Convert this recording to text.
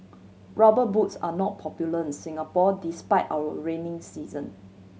Rubber Boots are not popular in Singapore despite our rainy season